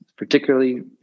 particularly